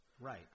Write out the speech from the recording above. Right